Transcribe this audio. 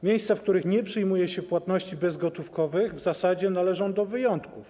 Miejsca, w których nie przyjmuje się płatności bezgotówkowych, w zasadzie należą do wyjątków.